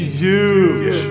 huge